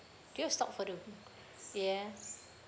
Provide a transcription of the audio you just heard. do you have stock for the yes